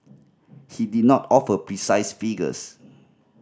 he did not offer precise figures